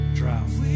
drown